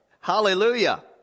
Hallelujah